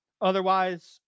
Otherwise